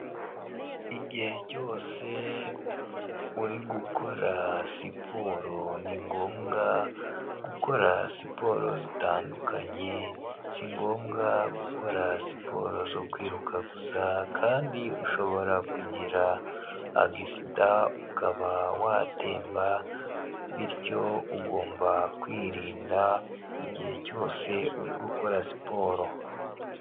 Igihe cyose uri gukora siporo ni ngombwa gukora siporo zitandukanye, sigombwa gukora siporo zo kwiruka gusa kandi ushobora kugira agisida ukaba watemba bityo ugomba kwirinda igihe cyose uri gukora siporo.